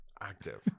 Active